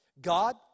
God